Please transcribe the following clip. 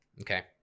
okay